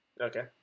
Okay